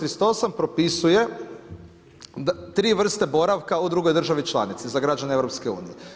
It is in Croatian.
38 propisuje tri vrste boravka u drugoj državi članici za građane EU.